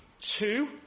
two